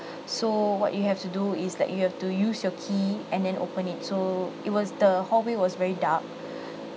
so what you have to do is that you have to use your key and then open it so it was the hallway was very dark